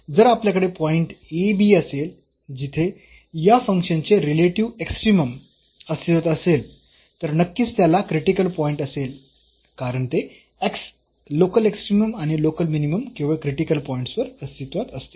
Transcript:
म्हणून जर आपल्याकडे पॉईंट a b असेल जिथे या फंक्शनचे रिलेटिव्ह एक्स्ट्रीमम अस्तित्वात असेल तर नक्कीच त्याला क्रिटिकल पॉईंट असेल कारण ते लोकल एक्स्ट्रीमम आणि लोकल मिनिमम केवळ क्रिटिकल पॉईंट्स वर अस्तित्वात असतील